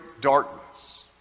darkness